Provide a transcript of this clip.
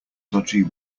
dodgy